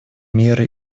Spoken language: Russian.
меры